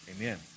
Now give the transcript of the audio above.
amen